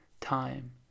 time